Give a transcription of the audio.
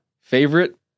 Favorite